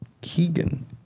Keegan